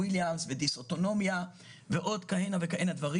ויליאנס ודיס-אוטונומיה ועוד כהנה וכהנה דברים.